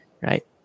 right